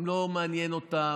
לא מעניין אותם.